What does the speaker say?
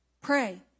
Pray